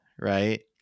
right